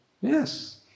Yes